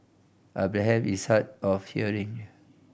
Abraham is hard of hearing